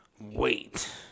Wait